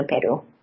Peru